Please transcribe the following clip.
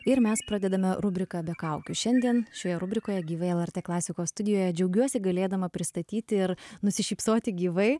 ir mes pradedame rubriką be kaukių šiandien šioje rubrikoje gyvai lrt klasikos studijoje džiaugiuosi galėdama pristatyti ir nusišypsoti gyvai